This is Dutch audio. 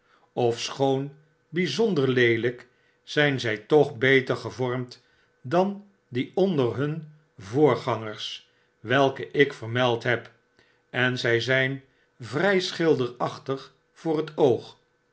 ofschopn byzonder leelyk zijn zy toch beter gevormd dan die onder hun voorgangers welke ik vermeld heb en zy zynvry schilderachtig voor het oog